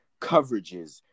coverages